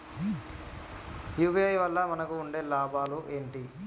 UPI వల్ల మనకు ఉండే లాభాలు ఏంటి?